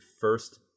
first